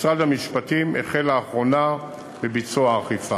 משרד המשפטים החל לאחרונה בביצוע האכיפה.